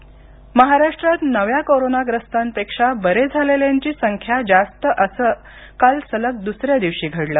Covid आकडेवारी महाराष्ट्रात नव्या कोरोनाग्रस्तांपेक्षा बरे झालेल्यांची संख्या जास्त असं काल सलग दुसऱ्या दिवशी घडलं